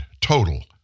total